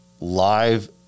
live